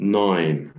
nine